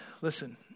listen